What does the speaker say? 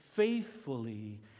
faithfully